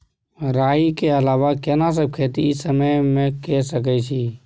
राई के अलावा केना सब खेती इ समय म के सकैछी?